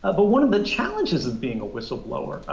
ah but one of the challenges of being a whistleblower,